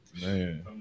man